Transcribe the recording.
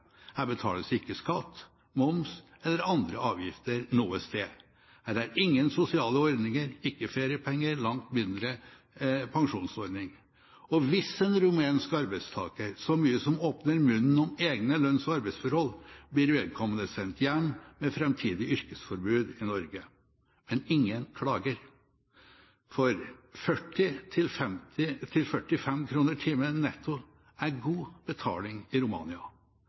Her betales det ikke skatt, moms eller andre avgifter noe sted. Det er ingen sosiale ordninger, ikke feriepenger, langt mindre pensjonsordning. Hvis en rumensk arbeidstaker så mye som åpner munnen om egne lønns- og arbeidsforhold, blir vedkommende sendt hjem med framtidig yrkesforbud i Norge. Men ingen klager, for 40–45 kr i timen netto er god betaling i Romania.